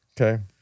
Okay